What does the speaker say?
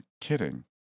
kidding